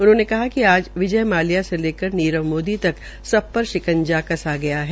उन्होंने कहा कि आज विजय माल्य से लेकर नीरव मोदी तक सब पर शिकंजा कसा गया है